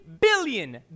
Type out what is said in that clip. billion